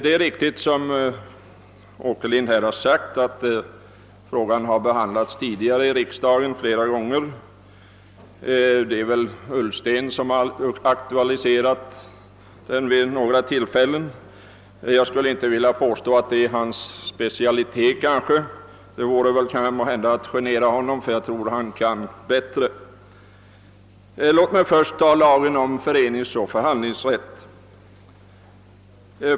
Det är riktigt som herr Åkerlind sade, att frågan tidigare flera gånger behandlats i riksdagen. Den har bl.a. aktualiserats av herr Ullsten. Jag skall dock inte påstå att den är hans specialitet -— det vore väl att genera honom. Jag tror att han kan bättre. Låt mig först säga några ord rörande lagen om föreningsoch förhandlingsrätt.